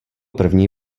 první